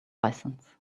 license